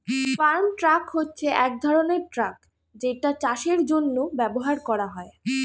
farm truck হচ্ছে এক ধরনের ট্রাক যেটা চাষের জন্য ব্যবহার করা হয়